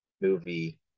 movie